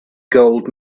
gold